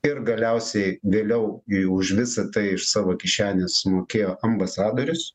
ir galiausiai vėliau už visa tai iš savo kišenės mokėjo ambasadorius